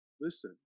listen